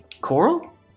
coral